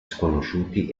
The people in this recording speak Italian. sconosciuti